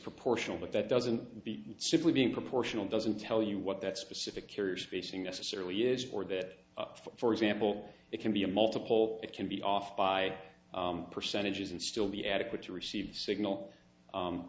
proportional but that doesn't be simply being proportional doesn't tell you what that specific curious facing a certainly is for that for example it can be a multiple it can be off by percentages and still be adequate to receive the signal